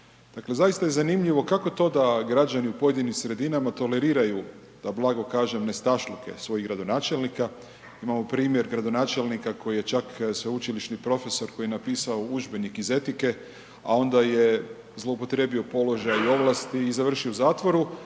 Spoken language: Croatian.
završio u zatvoru,